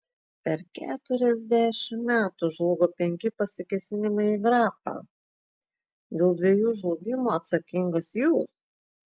per keturiasdešimt metų žlugo penki pasikėsinimai į grafą dėl dviejų žlugimo atsakingas jūs